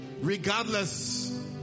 Regardless